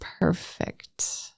perfect